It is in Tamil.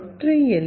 ஒற்றை எல்